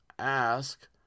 ask